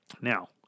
Now